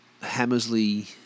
Hammersley